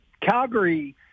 Calgary